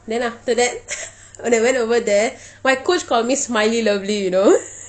then after that when I went over there my coach called me smiley lovely you know